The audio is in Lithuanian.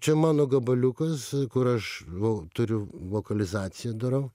čia mano gabaliukas kur aš vo turiu vokalizaciją darau